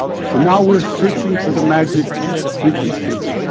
so now we're searching for the magic frequency,